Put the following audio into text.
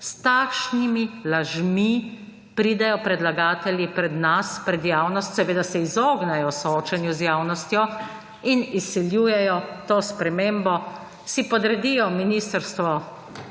S takšnimi lažmi pridejo predlagatelji pred nas, pred javnost, seveda, se izognejo soočenju z javnostjo in izsiljujejo to spremembo, si podredijo Ministrstvo